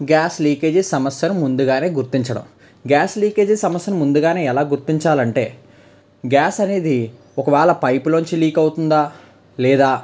gas leakage సమస్యను ముందుగానే గుర్తించడం గ్యాస్ లీకేజీ సమస్యని ముందుగా ఎలా గుర్తించాలంటే గ్యాస్ అనేది ఒకవేళ పైపులో నుంచి లీక్ అవుతుందా లేదా